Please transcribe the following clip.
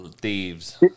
thieves